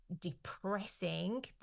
depressing